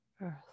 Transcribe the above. Earth